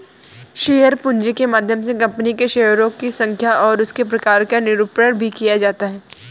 share पूंजी के माध्यम से कंपनी के शेयरों की संख्या और उसके प्रकार का निरूपण भी किया जाता है